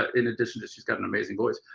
ah in addition though, she's got an amazing voice.